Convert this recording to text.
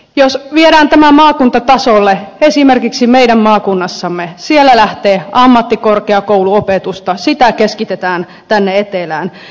jos viedään tämä maakuntatasolle niin esimerkiksi meidän maakunnastamme lähtee ammattikorkeakouluopetusta sitä keskitetään tänne etelään